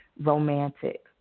romantic